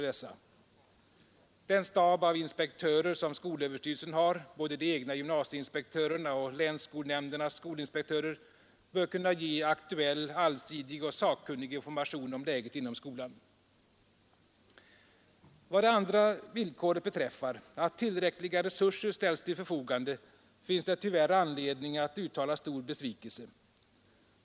Den stab av inspektörer som skolöverstyrelsen har, både de egna gymnasieinspektörerna och länsskolnämndernas skolinspektörer, bör kunna ge aktuell, allsidig och sakkunnig information om läget inom skolan. Vad det andra villkoret beträffar — att tillräckliga resurser ställs till förfogande — finns det tyvärr anledning att uttala stor besvikelse.